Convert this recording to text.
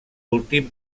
últim